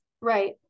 Right